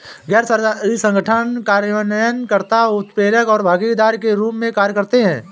गैर सरकारी संगठन कार्यान्वयन कर्ता, उत्प्रेरक और भागीदार के रूप में कार्य करते हैं